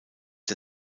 der